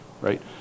right